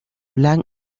plan